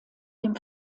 dem